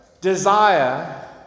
desire